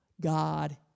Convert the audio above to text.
God